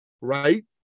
right